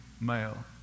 male